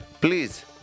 please